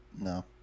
No